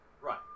Right